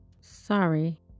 sorry